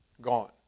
gone